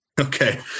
Okay